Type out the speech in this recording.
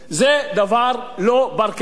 זה דבר לא בר-קיימא.